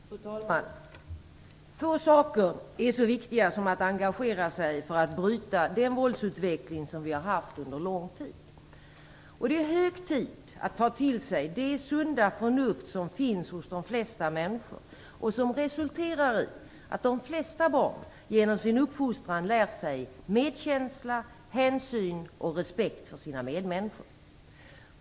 Fru talman! Få saker är så viktiga som att engagera sig för att bryta den våldsutveckling som vi har haft under lång tid. Det är hög tid att ta till sig det sunda förnuft som finns hos de flesta människor och som resulterar i att de flesta barn genom sin uppfostran lär sig medkänsla, hänsyn och respekt för sina medmänniskor.